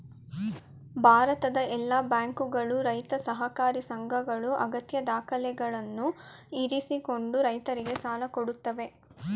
ಭಾರತದ ಎಲ್ಲಾ ಬ್ಯಾಂಕುಗಳು, ರೈತ ಸಹಕಾರಿ ಸಂಘಗಳು ಅಗತ್ಯ ದಾಖಲೆಗಳನ್ನು ಇರಿಸಿಕೊಂಡು ರೈತರಿಗೆ ಸಾಲ ಕೊಡತ್ತವೆ